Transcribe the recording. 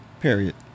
period